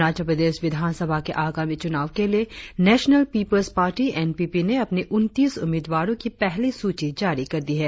अरुणाचल प्रदेश विधानसभा के आगामी चुनावों के लिए नेशनल पीपुल्स पार्टी एनपीपी ने अपने उन्तीस उम्मीदवारों की पहली सूची जारी कर दी है